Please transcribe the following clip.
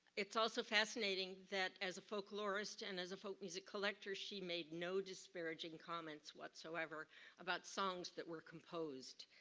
it's also fascinating that as a folklorist and as a folk music collector, she made no disparaging comments whatsoever about songs that were composed.